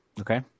Okay